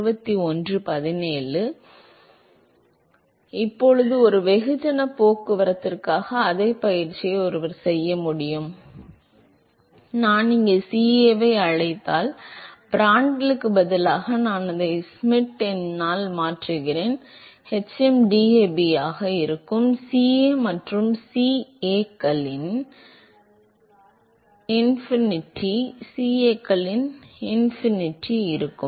எனவே இப்போது வெகுஜன போக்குவரத்திற்காக அதே பயிற்சியை ஒருவர் செய்ய முடியும் எனவே நான் இந்த CA ஐ அழைத்தால் பிராண்ட்டலுக்கு பதிலாக நான் அதை ஷ்மிட் எண்ணால் மாற்றுகிறேன் hm DAB இருக்கும் CA மற்றும் CAகள் CAinfinity இருக்கும்